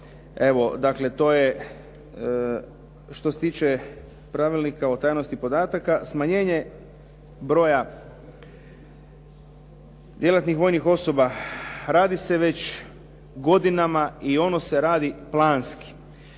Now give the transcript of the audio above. Evo dakle to je što se tiče Pravilnika o tajnosti podataka. Smanjenje broja djelatnih vojnih osoba radi se već godinama i ono se radi planski.